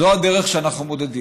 זו הדרך שבה אנחנו מודדים.